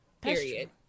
period